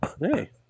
Hey